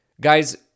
Guys